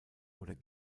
oder